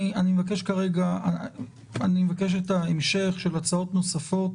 אני מבקש את המשך ההצעות הנוספות